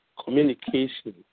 communication